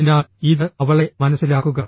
അതിനാൽ ഇത് അവളെ മനസ്സിലാക്കുക